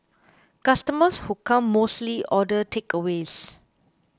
customers who come mostly order takeaways